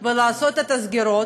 ולעשות את הסגירות.